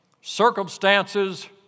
Circumstances